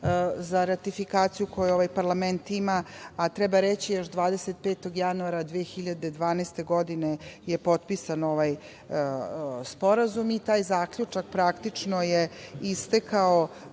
za ratifikaciju koju ovaj parlament ima, a treba reći još 25. januara 2012. godine je potpisan ovaj sporazum i taj zaključak praktično je istekao